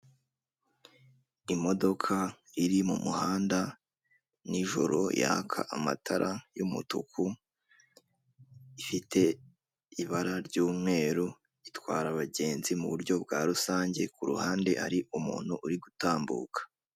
Imodoka iri mumuhanda nijoro yaka amatara y’ umutuku ifite ibara ry'umweru itwara abagenzi muburyo bwa rusange kuruhande ari umuntu uri gutambuka.